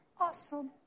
Awesome